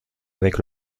avec